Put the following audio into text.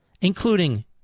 including